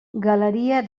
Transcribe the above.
galeria